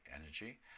energy